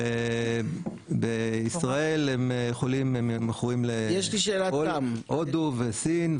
ובישראל הם מוכרים להודו וסין,